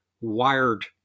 wired